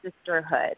sisterhood